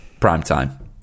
Primetime